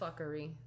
fuckery